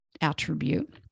attribute